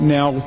now